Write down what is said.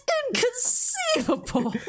inconceivable